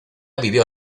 vivió